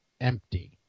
empty